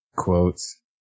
Quotes